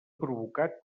provocat